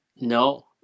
no